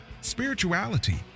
spirituality